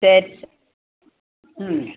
சரி சே ம்